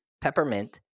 Peppermint